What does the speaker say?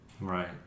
Right